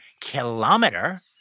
kilometer